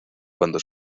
cuando